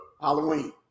Halloween